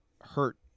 hurt